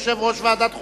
יושב-ראש ועדת חוקה,